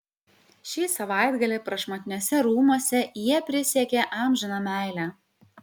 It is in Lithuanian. šį savaitgalį prašmatniuose rūmuose jie prisiekė amžiną meilę